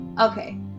okay